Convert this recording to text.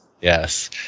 Yes